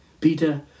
Peter